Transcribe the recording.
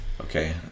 Okay